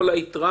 כל היתרה